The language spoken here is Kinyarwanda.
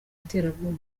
iterabwoba